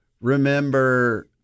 remember